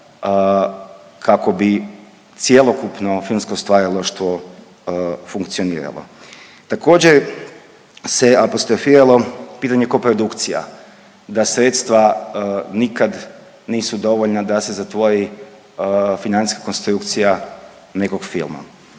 kako bi cjelokupno filmsko stvaralaštvo funkcioniralo. Također se apostrofiralo pitanje koprodukcija, da sredstva nikad nisu dovoljno da se zatvori financijska konstrukcija nekog filma.